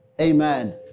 Amen